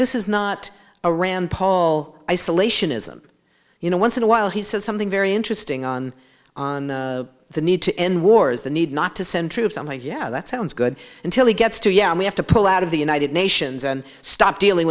this is not a rand paul isolationism you know once in a while he said something very interesting on on the need to end wars the need not to send troops i'm like yeah that sounds good until he gets to yeah we have to pull out of the united nations and stop dealing